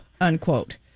unquote